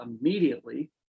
immediately